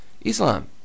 Islam